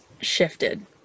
shifted